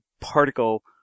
particle